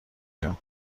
جون